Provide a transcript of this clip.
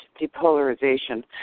depolarization